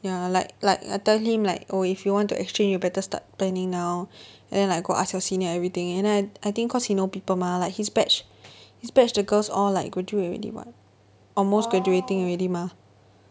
ya like like I tell him like oh if you want to exchange you better start planning now and then like go ask your senior everything and then I I think cause he no people mah like his batch his batch the girls all like graduate already [what] almost graduating already mah